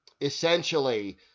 essentially